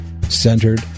centered